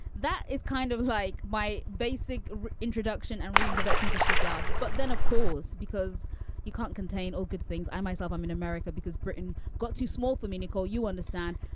that is kind of like my basic introduction and reintroduction to shazad. but then, of course, because you can't contain all good things. i myself, i'm in america because britain got too small for me. nicole, you understand?